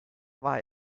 war